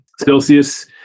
Celsius